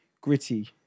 gritty